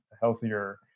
healthier